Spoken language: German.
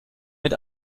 mit